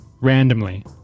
randomly